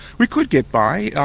we could get by.